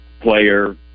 player